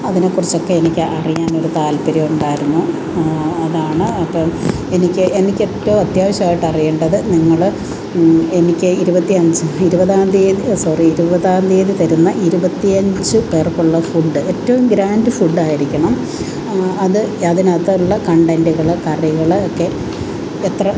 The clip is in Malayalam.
അതിനെക്കുറിച്ചൊക്കെ എനിക്ക് അറിയാൻ ഒരു താത്പര്യം ഉണ്ടായിരുന്നു അതാണ് അപ്പം എനിക്ക് എനിക്കേറ്റവും അത്യാവശ്യമായിട്ട് അറിയേണ്ടത് നിങ്ങൾ എനിക്ക് ഇരുപത്തിയഞ്ച് ഇരുപതാം തീയതി സോറി ഇരുപതാം തീയതി തരുന്ന ഇരുപത്തിയഞ്ച് പേർക്കുള്ള ഫുഡ് എറ്റവും ഗ്രാൻഡ് ഫുഡ്ഡായിരിക്കണം അത് അതിനകത്തുള്ള കൺടെൻറ്റുകൾ കറികൾ ഒക്കെ എത്ര